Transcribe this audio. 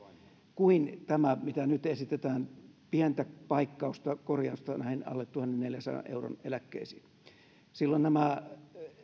kuin tämä mitä nyt esitetään pientä paikkausta korjausta näihin alle tuhannenneljänsadan euron eläkkeisiin silloin nämä